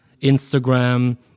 Instagram